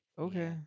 okay